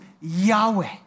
Yahweh